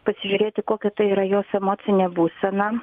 pasižiūrėti kokia tai yra jos emocinė būsena